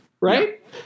right